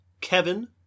Kevin